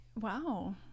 Wow